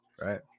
right